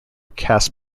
cast